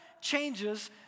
changes